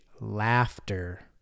laughter